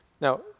Now